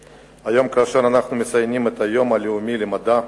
היום, כאשר אנחנו מציינים את היום הלאומי למדע,